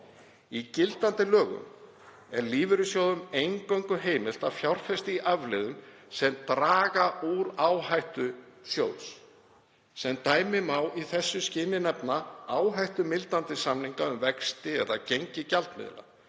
Í gildandi lögum er lífeyrissjóðum eingöngu heimilt að fjárfesta í afleiðum sem draga úr áhættu sjóðs. Sem dæmi má í þessu skyni nefna áhættumildandi samninga um vexti eða gengi gjaldmiðla.